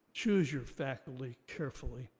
chose your faculty carefully.